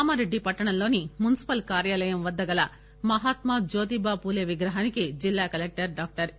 కామారెడ్డి పట్షణంలోని మున్సిపల్ కార్యాలయం వద్ద గల మహాత్మా జ్యోతిబాపూలే విగ్రహానికి జిల్లా కలెక్టర్ డాక్టర్ ఎ